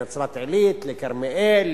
לכרמיאל,